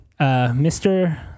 Mr